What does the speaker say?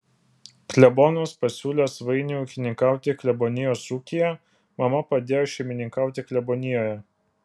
klebonas pasiūlė svainiui ūkininkauti klebonijos ūkyje mama padėjo šeimininkauti klebonijoje